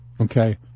Okay